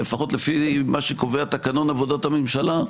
שלפחות לפי מה שקובע תקנון עבודת הממשלה,